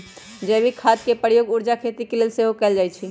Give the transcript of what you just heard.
जैविक खाद के प्रयोग ऊर्जा प्राप्ति के लेल सेहो कएल जाइ छइ